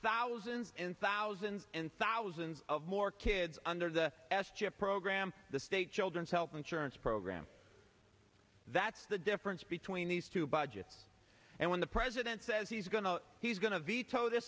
thousands and thousands and thousands of more kids under the s chip program the state children's health insurance program that's the difference between these two budgets and when the president says he's going to he's going to veto th